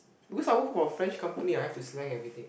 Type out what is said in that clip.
because I work for French company I have to slang everything